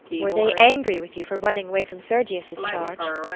were they angry with you for running away from sergius's charge?